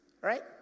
right